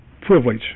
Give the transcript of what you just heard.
privilege